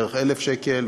דרך 1,000 שקל,